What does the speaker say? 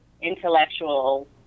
intellectual